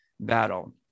battle